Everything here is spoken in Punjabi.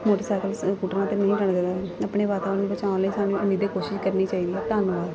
ਮੋਟਰਸਾਈਕਲ ਸਕੂਟਰਾਂ 'ਤੇ ਨਹੀਂ ਜਾਣਾ ਚਾਹੀਦਾ ਆਪਣੇ ਵਾਤਾਵਰਣ ਨੂੰ ਬਚਾਉਣ ਲਈ ਸਾਨੂੰ ਉਮੀਦੇ ਕੋਸ਼ਿਸ਼ ਕਰਨੀ ਚਾਹੀਦੀ ਹੈ ਧੰਨਵਾਦ